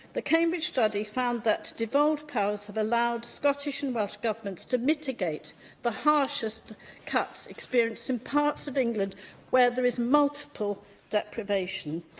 the cambridge study found that devolved powers have allowed scottish and welsh governments to mitigate the harshest cuts experienced in parts of england where there is multiple deprivation.